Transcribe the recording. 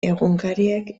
egunkariek